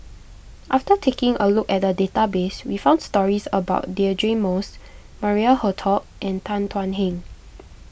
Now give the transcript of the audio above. after taking a look at the database we found stories about Deirdre Moss Maria Hertogh and Tan Thuan Heng